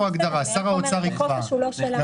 לא אמרתי את זה אפילו בצחוק.